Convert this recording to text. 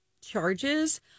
charges